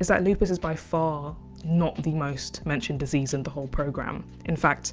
is that lupus is by far not the most mentioned disease in the whole programme. in fact,